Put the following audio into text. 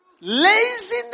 Laziness